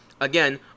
again